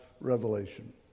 revelation